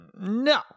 no